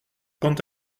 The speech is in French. quant